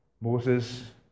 Moses